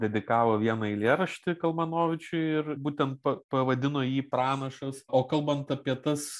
dedikavo vieną eilėraštį kalmanovičiui ir būtent pa pavadino jį pranašas o kalbant apie tas